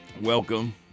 welcome